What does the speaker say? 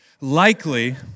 likely